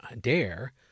Dare